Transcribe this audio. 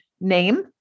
name